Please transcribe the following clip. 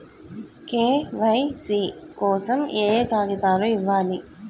KYC కోసం ఏయే కాగితాలు ఇవ్వాలి?